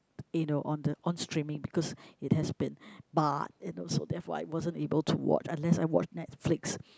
you know on the on streaming because it has been barred and also therefore I wasn't able to watch unless I watch Netflix